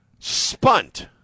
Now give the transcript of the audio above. Spunt